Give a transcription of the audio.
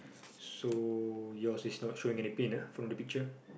so yours is not showing any pin ah from the picture